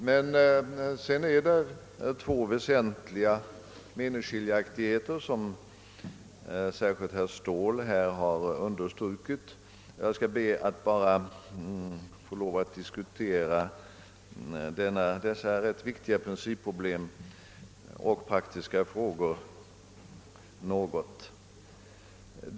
Det finns dock två väsentliga meningsskiljaktigheter, som särskilt herr Ståhl underströk. Jag skall inskränka mig till att något diskutera dessa rätt viktiga principproblem och praktiska frågor.